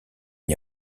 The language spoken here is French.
n’y